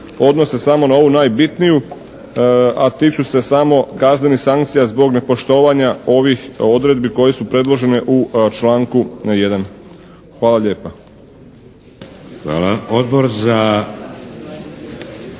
odnose samo na ovu najbitniju, a tiču se samo kaznenih sankcija zbog nepoštovanja ovih odredbi koje su predložene u članku 1. Hvala lijepa.